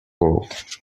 world